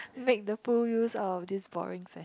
make the full use out of this boring